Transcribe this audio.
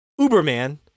Uberman